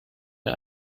mir